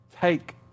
take